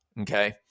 okay